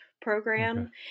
program